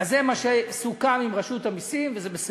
אז זה מה שסוכם עם רשות המסים, זה בסדר.